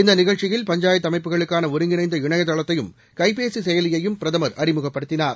இந்த நிகழ்ச்சியில் பஞ்சாயத்து அமைப்புகளுக்கான ஒருங்கிணைந்த இணையதளத்தையும் கைபேசி செயலியையும் பிரதமர் அறிமுகப்படுத்தினார்